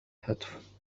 هتف